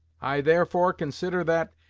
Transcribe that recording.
i therefore consider that,